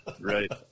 right